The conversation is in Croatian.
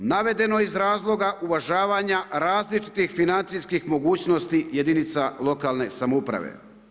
Navedeno iz razloga uvažavanja različitih financijskih mogućnosti jedinica lokalne samouprave.